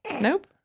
Nope